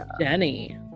Jenny